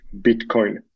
Bitcoin